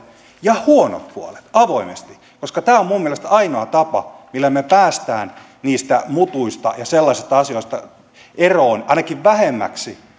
ja huonot puolet avoimesti koska tämä on minun mielestäni ainoa tapa millä me pääsemme niistä mutuista ja sellaisista asioista eroon ainakin vähemmäksi